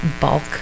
bulk